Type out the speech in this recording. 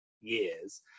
years